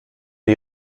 die